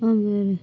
ಆಮೇಲೆ